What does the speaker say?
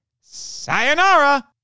Sayonara